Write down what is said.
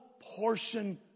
portion